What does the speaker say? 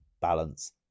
balance